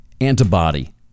antibody